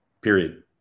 Period